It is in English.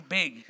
big